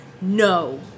no